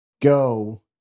go